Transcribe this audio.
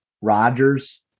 Rodgers